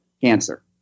Cancer